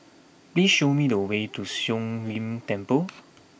please show me the way to Siong Lim Temple